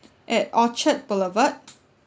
at orchard boulevard